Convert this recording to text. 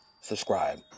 Subscribe